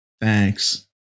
Thanks